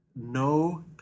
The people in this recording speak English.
no